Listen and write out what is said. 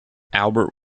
albert